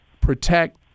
protect